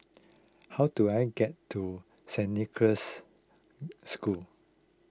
how do I get to Girls' School